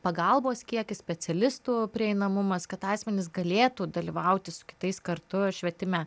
pagalbos kiekis specialistų prieinamumas kad asmenys galėtų dalyvauti kitais kartu švietime